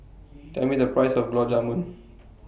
Tell Me The Price of Gulab Jamun